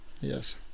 yes